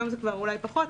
היום אולי קצת פחות,